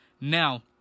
Now